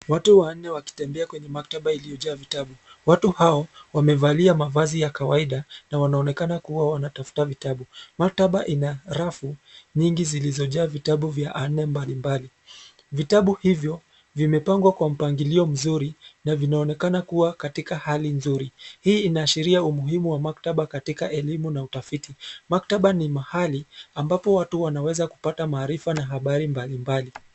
Watu wanne wakitembea kwenye maktaba iliyo jaa vitabu. watu hao wamevalia mavazi ya kawaida na wanaoneka kuwa wanatafuta vitabu maktaba ina rafu nyingi zilizojaa vitabu vya aina mbali mbali. Vitabu hivyo vimepangwa kwa mpangilio mzuri na vinaonekana kuwa katika hali nzuri, hii inashiria umuhimu wa maktaba katika elimu na utafiti. Maktaba ni mahali ambapo watu wanaweza kupata maarifa na habari mbali mbali.